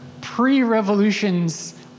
pre-revolutions